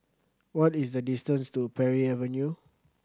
what is the distance to Parry Avenue